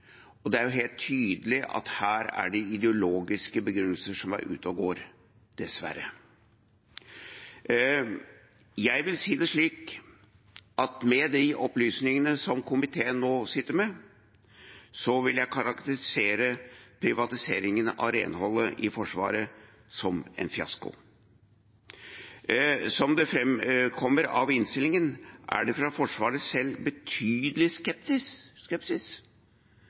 Det er helt tydelig at her er det ideologiske begrunnelser som er ute og går – dessverre. Jeg vil, med de opplysningene som komiteen nå sitter med, karakterisere privatiseringen av renholdet i Forsvaret som en fiasko. Som det framkommer av innstillingen, er det i Forsvaret selv betydelig skepsis